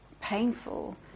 painful